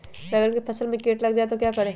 बैंगन की फसल में कीट लग जाए तो क्या करें?